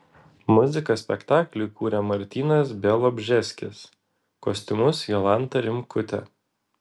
muziką spektakliui kūrė martynas bialobžeskis kostiumus jolanta rimkutė